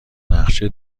نقشه